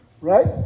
right